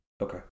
Okay